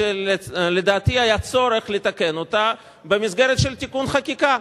שלדעתי היה צורך לתקן אותה במסגרת של תיקון חקיקה.